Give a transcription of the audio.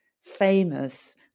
famous